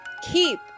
keep